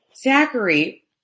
Zachary